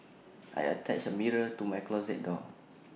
I attached A mirror to my closet door